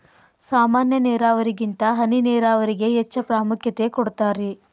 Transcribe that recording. ಸಾಮಾನ್ಯ ನೇರಾವರಿಗಿಂತ ಹನಿ ನೇರಾವರಿಗೆ ಹೆಚ್ಚ ಪ್ರಾಮುಖ್ಯತೆ ಕೊಡ್ತಾರಿ